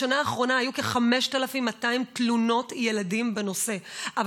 בשנה האחרונה היו כ-5,200 תלונות ילדים בנושא אבל